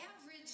average